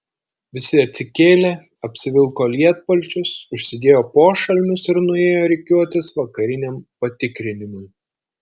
visi atsikėlė apsivilko lietpalčius užsidėjo pošalmius ir nuėjo rikiuotis vakariniam patikrinimui